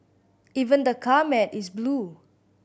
even the car mat is blue